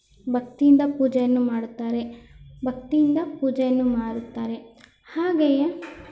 ಭಕ್ತಿಯಿಂದ ಪೂಜೆಯನ್ನು ಮಾಡುತ್ತಾರೆ ಭಕ್ತಿಯಿಂದ ಪೂಜೆಯನ್ನು ಮಾಡುತ್ತಾರೆ ಹಾಗೆಯೇ